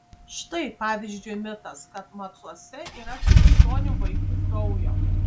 štai pavyzdžiui mitas kad macuose yra krikščionių vaikų kraujo